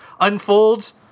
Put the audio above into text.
unfolds